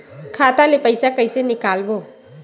खाता ले पईसा कइसे निकालबो?